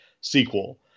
sequel